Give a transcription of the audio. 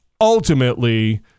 ultimately